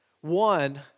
One